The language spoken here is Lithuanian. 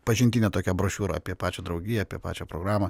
pažintinę tokią brošiūrą apie pačią draugiją apie pačią programą